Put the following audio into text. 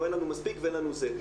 אין לנו מספיק ואין לנו זה.